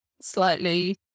slightly